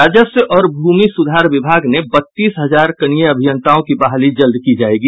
राजस्व और भूमि सुधार विभाग में बत्तीस हजार कनीय अभियंताओं की बहाली जल्द की जायेगी